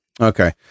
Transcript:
Okay